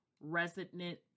resonant